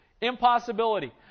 Impossibility